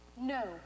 no